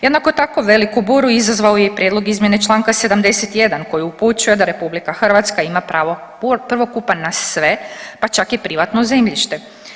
Jednako tako veliku buru izazvao je i prijedlog izmjene čl. 71. koji upućuje da RH ima pravo prvokupa na sve, pa čak i privatno zemljište.